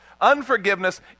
Unforgiveness